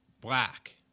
black